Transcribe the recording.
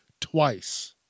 twice